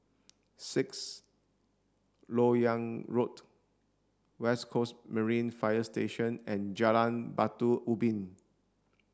Sixth Lok Yang Road West Coast Marine Fire Station and Jalan Batu Ubin